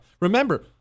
Remember